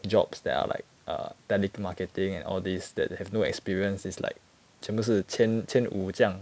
jobs that are like err te~ marketing and all this that they have no experience is like 全部是千千五这样